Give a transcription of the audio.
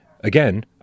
again